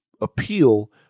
appeal